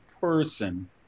person